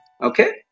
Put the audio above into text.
Okay